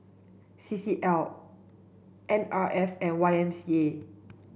C C L N R F and Y M C A